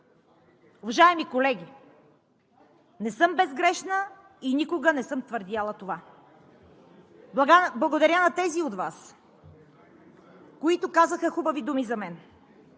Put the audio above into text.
Уважаеми колеги, не съм безгрешна и никога не съм твърдяла това. Благодаря на тези от Вас, които казаха хубави думи за мен.